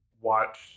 watch